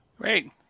Great